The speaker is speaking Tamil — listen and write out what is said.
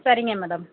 சரிங்க மேடம்